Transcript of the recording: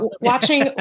watching